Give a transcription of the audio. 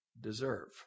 deserve